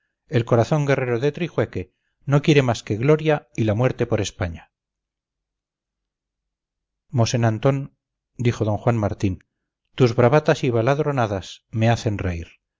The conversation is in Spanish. el corazón guerrero de trijueque no quiere más que gloria y la muerte por españa mosén antón dijo d juan martín tus bravatas y baladronadas me hacen reír